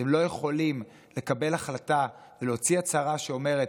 אתם לא יכולים לקבל החלטה ולהוציא הצהרה שאומרת: